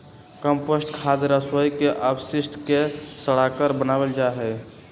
compost खाद रसोई के अपशिष्ट के सड़ाकर बनावल जा हई